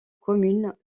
communes